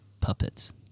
puppets